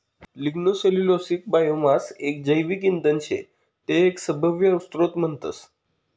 lignocellulosic biomass एक जैविक इंधन शे ते एक सभव्य स्त्रोत म्हणतस